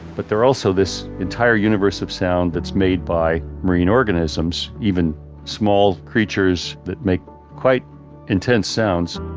but there's also this entire universe of sound that's made by marine organisms even small creatures that make quite intense sounds